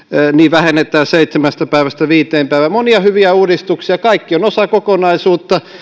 vähennetään seitsemästä päivästä viiteen päivään monia hyviä uudistuksia kaikki ovat osa kokonaisuutta